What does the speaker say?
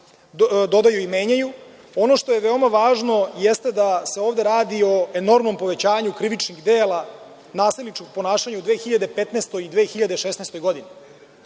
dodaju i menjaju. Ono što je veoma važno jeste da se ovde radi o enormnom povećanju krivičnih dela nasilničkog ponašanja u 2015. i 2016. godini.